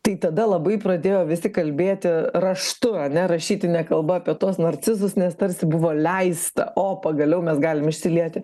tai tada labai pradėjo visi kalbėti raštu ane rašytine kalba apie tuos narcizus nes tarsi buvo leista o pagaliau mes galim išsilieti